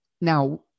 now